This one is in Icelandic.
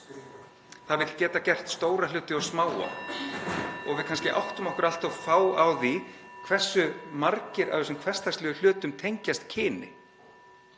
Það vill geta gert stóra hluti og smáa, og við kannski áttum okkur allt of fá á því hversu margir af þessum hversdagslegu hlutum tengjast kyni.